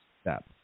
step